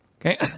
Okay